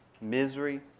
misery